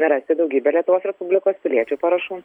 rasti daugybę lietuvos respublikos piliečių parašų